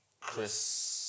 Chris